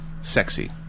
sexy